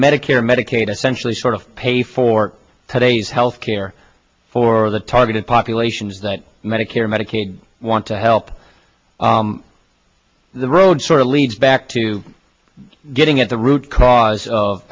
medicare medicaid essentially sort of pay for today's health care for the targeted populations that medicare medicaid want to help the road sort of leads back to getting at the root cause of